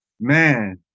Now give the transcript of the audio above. Man